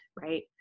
right